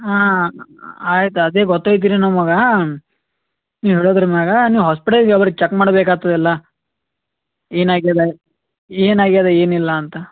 ಹಾಂ ಆಯ್ತು ಅದೇ ಗೊತ್ತಾಯಿತು ರೀ ನಮಗೆ ನೀವು ಹೇಳೋದ್ರ್ ಮೇಲೆ ನೀವು ಹಾಸ್ಪಿಟಲಿಗೆ ಬರ್ರಿ ಚೆಕ್ ಮಾಡ್ಬೇಕು ಆಗ್ತದ್ ಎಲ್ಲ ಏನು ಆಗಿದೆ ಏನು ಆಗಿದೆ ಏನು ಇಲ್ಲ ಅಂತ